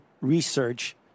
research